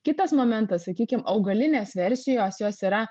kitas momentas sakykim augalinės versijos jos yra